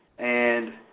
and